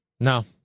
No